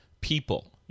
people